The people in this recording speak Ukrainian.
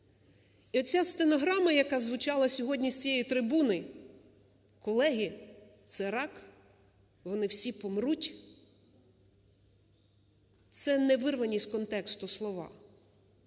І оця стенограма, яка звучала сьогодні з цієї трибуни, колеги: "Це рак, вони всі помруть", - це не вирвані з контексту слова,